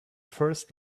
first